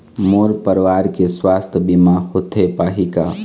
मोर परवार के सुवास्थ बीमा होथे पाही का?